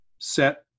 set